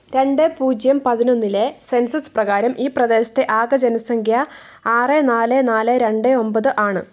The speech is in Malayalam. രണ്ട് പൂജ്യം പതിനൊന്നിലെ സെൻസസ് പ്രകാരം ഈ പ്രദേശത്തെ ആകെ ജനസംഖ്യ ആറ് നാല് നാല് രണ്ട് ഒമ്പത് ആണ്